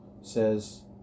says